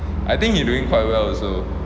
I think he doing quite well also